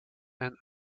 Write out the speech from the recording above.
and